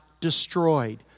destroyed